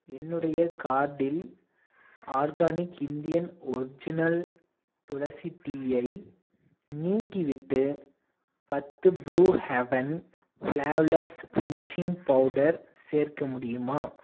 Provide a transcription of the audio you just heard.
என்னுடைய கார்டில் organic Indian original tulsi டீயை நீக்கிவிட்டு பத்து blue heaven flawless finishing powder சேர்க்க முடியுமா